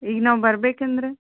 ಈಗ ನಾವು ಬರ್ಬೇಕಂದರೆ